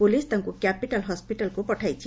police ତାଙ୍କୁ capital ହସ୍ୱିଟାଲ୍କୁ ପଠାଇଛି